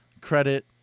credit